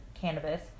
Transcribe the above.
cannabis